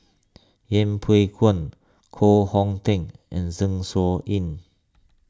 Yeng Pway Ngon Koh Hong Teng and Zeng Shouyin